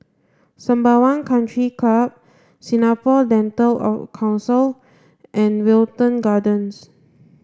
Sembawang Country Club Singapore Dental Council and Wilton Gardens